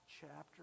chapter